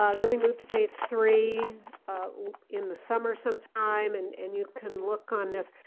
ah then we move to phase three in the summer sometime, and and you can look on this.